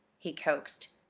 he coaxed,